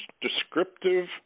descriptive